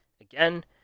again